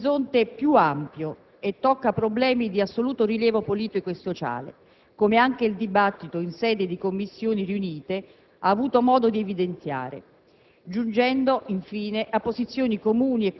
il testo all'esame dell'Aula si muove su un orizzonte più ampio e tocca problemi di assoluto rilievo politico e sociale, come anche il dibattito in sede di Commissioni riunite ha avuto modo di evidenziare,